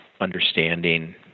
understanding